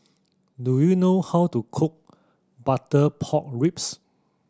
do you know how to cook butter pork ribs